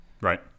Right